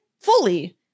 Fully